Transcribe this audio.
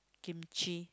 kimchi